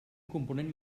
component